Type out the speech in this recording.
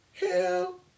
Hell